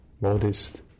modest